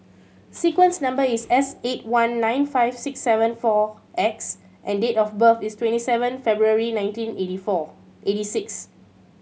sequence number is S eight one nine five six seven four X and date of birth is twenty seven February nineteen eighty four eighty six